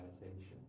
meditation